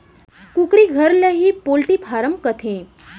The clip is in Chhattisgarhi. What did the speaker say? कुकरी घर ल ही पोल्टी फारम कथें